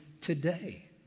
today